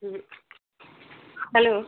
হুম hello